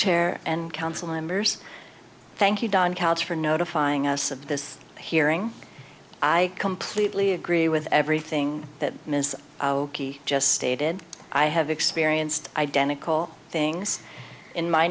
chair and council members thank you don college for notifying us of this hearing i completely agree with everything that ms just stated i have experienced identical things in my